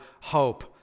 hope